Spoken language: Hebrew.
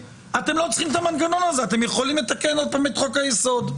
אתם לא צריכים את המנגנון הזה כי אתם יכולים לתקן שוב את חוקי היסוד.